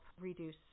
reduce